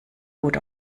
gut